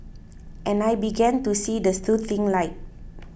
and I began to see the soothing light